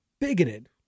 bigoted